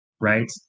right